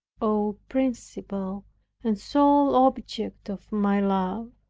oh, principal and sole object of my love!